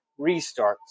restarts